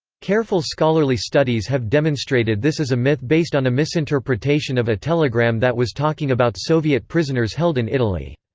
careful scholarly studies have demonstrated this is a myth based on a misinterpretation of a telegram that was talking about soviet prisoners held in italy.